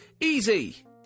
Easy